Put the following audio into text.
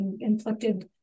inflicted